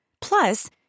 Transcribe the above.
Plus